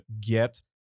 get